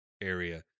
area